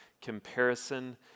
comparison